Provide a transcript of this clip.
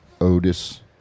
Otis